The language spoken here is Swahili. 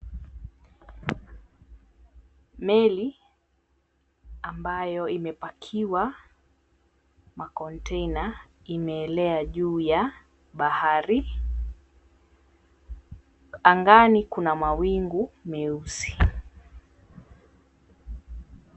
Meli ambayo imepakiwa kwa konteina imeelea juu ya bahari, angani kuna mawingu meusi.